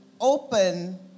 open